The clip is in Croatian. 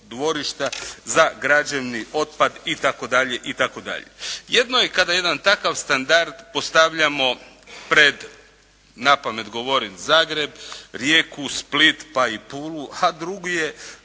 dvorišta za građevni otpad i tako dalje i tako dalje. Jedno je kada jedan takav standard postavljamo pred, napamet govorim, Zagreb, Rijeku, Split pa i Pulu a drugi je